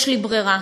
יש לי ברירה.